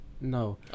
No